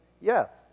Yes